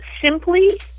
simply